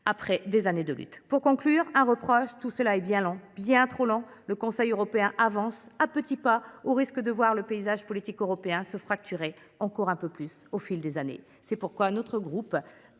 après des années de lutte. Pour conclure, j’émettrai un reproche : tout cela est bien long et bien lent ! Le Conseil européen avance à petits pas, au risque de voir le paysage politique européen se fracturer encore un peu plus au fil des années. Néanmoins, notre groupe